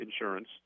insurance